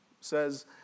says